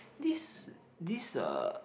this this uh